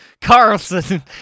Carlson